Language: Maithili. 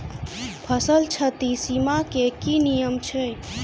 फसल क्षति बीमा केँ की नियम छै?